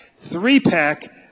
three-pack